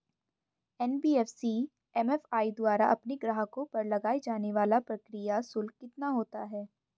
NBFC MFI द्वारा अपने ग्राहकों पर लगाए जाने वाला प्रक्रिया शुल्क कितना होता है?